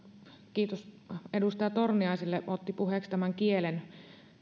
kiitos edustaja torniaiselle joka otti puheeksi tämän kielen